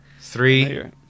three